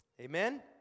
Amen